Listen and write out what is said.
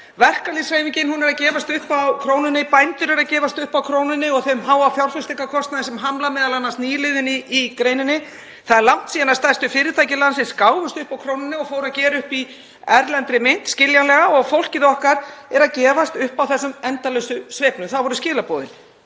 Verkalýðshreyfingin er að gefast upp á krónunni, bændur eru að gefast upp á krónunni og þeim háa fjárfestingarkostnaði sem hamlar m.a. nýliðun í greininni. Það er langt síðan að stærstu fyrirtæki landsins gáfust upp á krónunni og fóru að gera upp í erlendri mynt, skiljanlega, og fólkið okkar er að gefast upp á þessum endalausu sveiflum. Það voru skilaboðin,